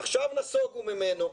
עכשיו נסוגו ממנו.